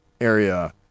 area